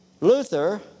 Luther